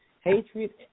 Hatred